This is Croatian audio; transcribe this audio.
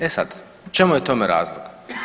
E sad, čemu je tome razlog?